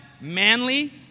Manly